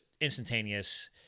instantaneous